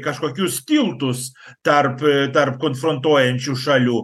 kažkokius tiltus tarp tarp konfrontuojančių šalių